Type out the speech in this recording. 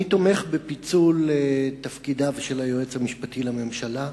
אני תומך בפיצול תפקידיו של היועץ המשפטי לממשלה,